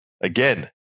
again